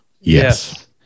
Yes